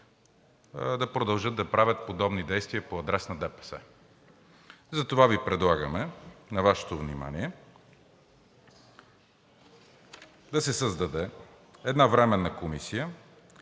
да продължат да правят подобни действия по адрес на ДПС. Затова Ви предлагаме на Вашето внимание да се създаде една временна комисия,